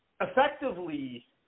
effectively